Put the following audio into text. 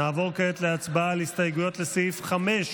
נעבור כעת להצבעה על הסתייגויות לסעיף 05,